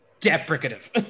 deprecative